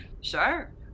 Sure